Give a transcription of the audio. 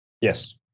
Yes